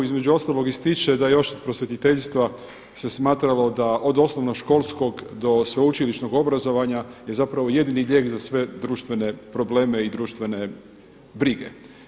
Između ostalog ističe da još od prosvjetiteljstva se smatralo da od osnovnoškolskog do sveučilišnog obrazovanja je zapravo lijek za sve društvene probleme i društvene brige.